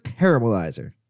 Caramelizer